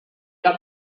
que